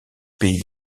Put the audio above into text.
pays